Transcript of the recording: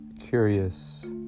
Curious